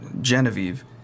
genevieve